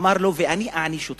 אמר לו: ואני אעניש אותך.